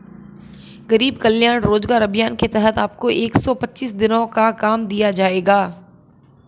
गरीब कल्याण रोजगार अभियान के तहत आपको एक सौ पच्चीस दिनों का काम दिया जाएगा